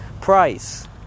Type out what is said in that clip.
price